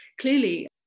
Clearly